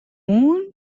moon